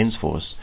Force